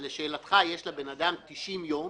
לשאלתך, יש לאדם תשעים יום